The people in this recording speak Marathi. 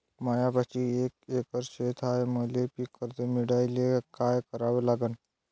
मायापाशी एक एकर शेत हाये, मले पीककर्ज मिळायले काय करावं लागन?